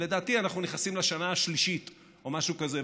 לדעתי אנחנו נכנסים לשנה השלישית או משהו כזה.